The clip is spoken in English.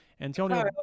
Antonio